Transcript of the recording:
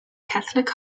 catholic